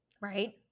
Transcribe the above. Right